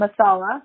Masala